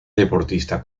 deportista